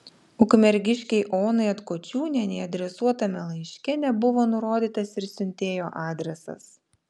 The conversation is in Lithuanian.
ukmergiškei onai atkočiūnienei adresuotame laiške nebuvo nurodytas ir siuntėjo adresas